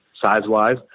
size-wise